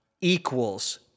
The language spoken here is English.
equals